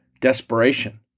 desperation